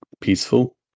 peaceful